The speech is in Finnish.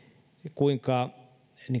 kuinka niin